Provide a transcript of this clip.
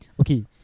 Okay